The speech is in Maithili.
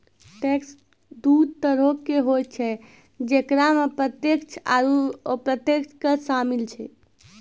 टैक्स दु तरहो के होय छै जेकरा मे प्रत्यक्ष आरू अप्रत्यक्ष कर शामिल छै